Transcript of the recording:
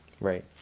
Right